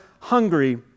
hungry